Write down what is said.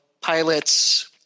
pilots